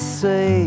say